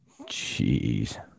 Jeez